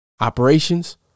Operations